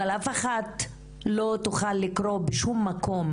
אבל אף אחת לא תוכל לקרוא בשום מקום,